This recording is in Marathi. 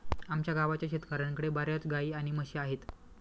आमच्या गावाच्या शेतकऱ्यांकडे बर्याच गाई आणि म्हशी आहेत